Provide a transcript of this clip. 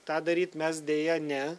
tą daryt mes deja ne